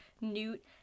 newt